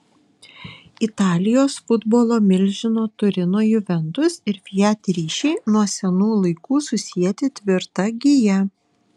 italijos futbolo milžino turino juventus ir fiat ryšiai nuo senų laikų susieti tvirta gija